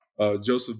Joseph